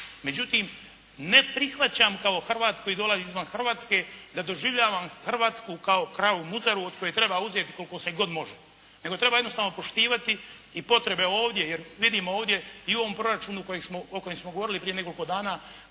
Međutim, ne prihvaćam kao Hrvat koji dolazi izvan Hrvatske da doživljavam Hrvatsku kao kravu muzaru od koje treba uzeti koliko se god može. Nego jednostavno treba poštivati i potrebe ovdje jer vidimo ovdje i u ovom proračunu kojeg smo, o kojem smo govorili prije nekoliko dana